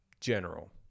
general